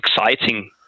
exciting